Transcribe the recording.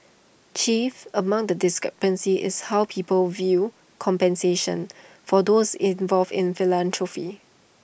chief among the discrepancies is how people view compensation for those involved in philanthropy